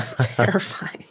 Terrifying